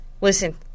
listen